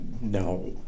No